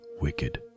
wicked